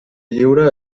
lliure